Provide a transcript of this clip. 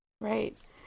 Right